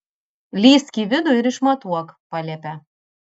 lįsk į vidų ir išmatuok paliepia